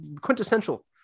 quintessential